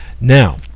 Now